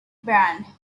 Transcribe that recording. band